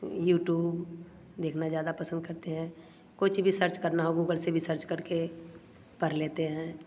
YouTube देखना ज़्यादा पसंद करते हैं कुछ भी सर्च करना हो गूगल से भी सर्च करके पढ़ लेते हैं